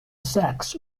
sex